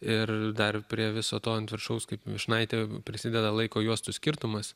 ir dar prie viso to ant viršaus kaip vyšnaitė prisideda laiko juostų skirtumas